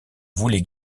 voulez